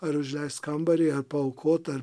ar užleist kambarį ar paaukot ar